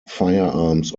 firearms